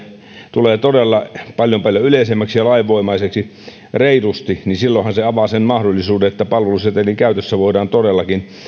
tulee todella paljon paljon yleisemmäksi ja lainvoimaiseksi reilusti se avaa sen mahdollisuuden että palvelusetelin käytössä voidaan todellakin